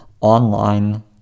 online